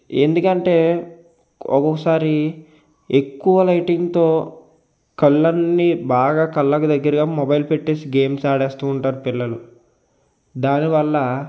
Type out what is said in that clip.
ఎందుకంటే ఒకొక్కసారి ఎక్కువ లైటింగ్తో కళ్ళు అన్నీ బాగా కళ్ళకు దగ్గర మొబైల్ పెట్టేసి గేమ్స్ ఆడుతు ఉంటారు పిల్లలు దాని వల్ల